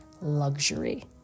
luxury